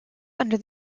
under